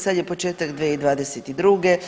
Sad je početak 2022.